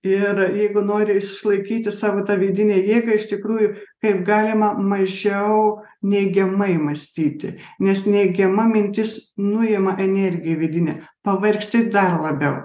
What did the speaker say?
ir jeigu nori išlaikyti savo tą vidinę jėgą iš tikrųjų kaip galima mažiau neigiamai mąstyti nes neigiama mintis nuima energiją vidinę pavargsti dar labiau